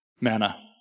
manna